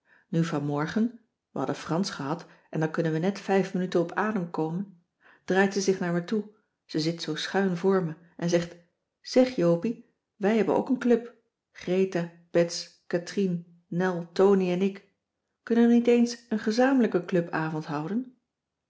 nu vanmorgen we hadden fransch gehad en dan kunnen we net vijf minuten op adem komen draait ze zich naar me toe ze zit zoo schuin voor me en zegt zeg jopie we hebben ook een club gretha bets katrien nel tony en ik kunnen we niet eens een gezamenlijken clubavond houden